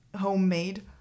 homemade